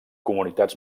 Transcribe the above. comunitats